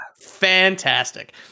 fantastic